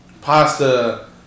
Pasta